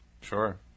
sure